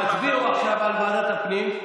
תצביעו בבקשה על ועדת הפנים,